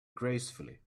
gracefully